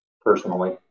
personally